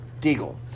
Deagle